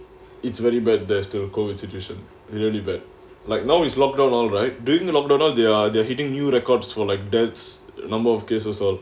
it's very bad there's to go institution very bad but like now is locked down all right during the long drawn out there they are hitting new records for like that's the number of cases all